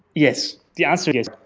yes, the answer is